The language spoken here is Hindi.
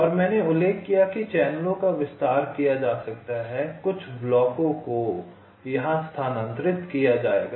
और मैंने उल्लेख किया कि चैनलों का विस्तार किया जा सकता है कुछ ब्लॉकों को यहां स्थानांतरित किया जाएगा